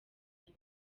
bazi